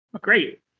Great